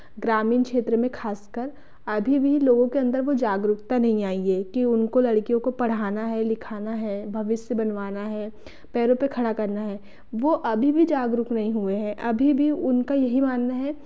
ग्रामीण क्षेत्र में खास कर अभी भी लोगों के अंदर वो जागरूकता नहीं आयी है कि उनको लड़कियों को पढ़ाना है लिखना है भविष्य बनवाना है पैरों पे खड़ा करना है वो अभी भी जागरूक नहीं हुए हैं अभी भी उनका यही मानना है